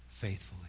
faithfully